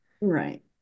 Right